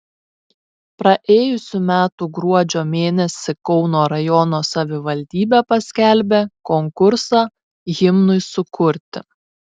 praėjusių metų gruodžio mėnesį kauno rajono savivaldybė paskelbė konkursą himnui sukurti